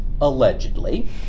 allegedly